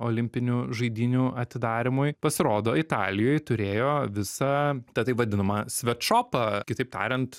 olimpinių žaidynių atidarymui pasirodo italijoj turėjo visa tą taip vadinamą svetšopą kitaip tariant